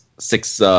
Six